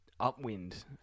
Upwind